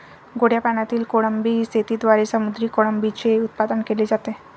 गोड्या पाण्यातील कोळंबी शेतीद्वारे समुद्री कोळंबीचे उत्पादन केले जाते